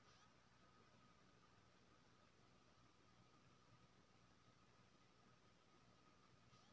गाय, बैल, बकरीपालन, बत्तखपालन, मछलीपालन आदि खेती आ किसान से जुरल पालन लेल जानकारी कत्ते मिलत?